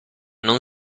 non